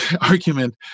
argument